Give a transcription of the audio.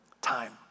time